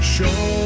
Show